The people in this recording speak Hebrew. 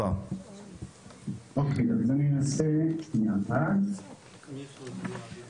לביטחון פנים אז אני מכיר טוב את הקהל הזה